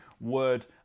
word